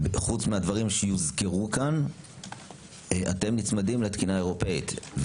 חוץ מהדברים שיוזכרו כאן אתם נצמדים לתקינה האירופאית.